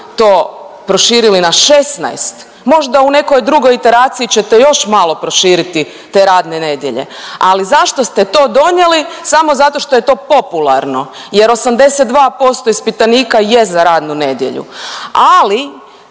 to proširili na 16, možda u nekoj drugoj iteraciji ćete još malo proširiti te radne nedjelje, ali zašto ste to donijeli, samo zato što je to popularno jer 82% ispitanika jest za radnu nedjelju, ali